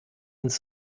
uns